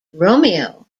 romeo